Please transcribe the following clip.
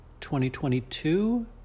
2022